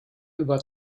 über